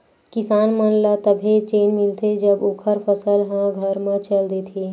किसान मन ल तभे चेन मिलथे जब ओखर फसल ह घर म चल देथे